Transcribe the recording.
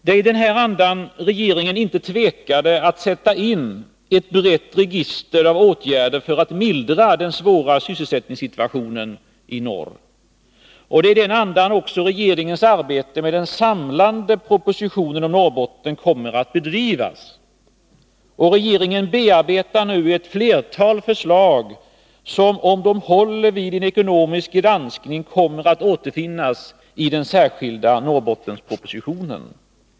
Det var i den här andan som regeringen inte tvekade att sätta in ett brett register av åtgärder för att mildra den svåra sysselsättningssituationen i norr. Det är också i den andan som regeringens arbete med den samlande propositionen om Norrbotten kommer att bedrivas. Regeringen bearbetar nu ett flertal förslag som, om de håller vid en ekonomisk granskning, kommer att återfinnas i den särskilda Norrbottenspropositionen.